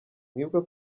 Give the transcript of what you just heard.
mwibuke